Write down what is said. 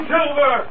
Silver